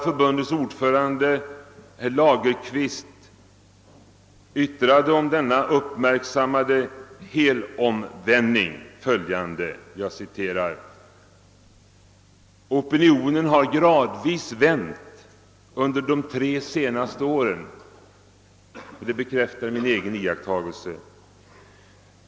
Förbundets ordförande Magnus Lagerkvist yttrade om denna uppmärksammade helomvändning följande: »Opinionen har gradvis vänt under de tre senaste åren.» Detta bekräftar min egen iakttagelse.